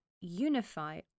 unify